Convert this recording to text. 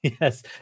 Yes